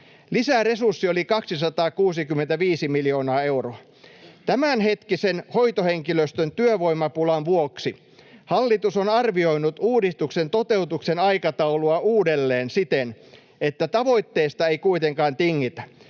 Lisäresurssi oli 265 miljoonaa euroa. Tämänhetkisen hoitohenkilöstön työvoimapulan vuoksi hallitus on arvioinut uudistuksen toteutuksen aikataulua uudelleen siten, että tavoitteesta ei kuitenkaan tingitä